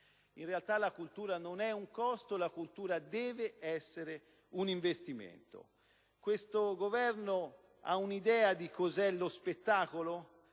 In realtà la cultura non è un costo: la cultura deve essere un investimento. Questo Governo ha un'idea di cos'è lo spettacolo?